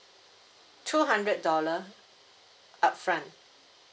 two hundred dollar upfront